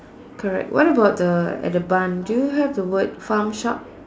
correct what about the at the barn do you have the word farm shop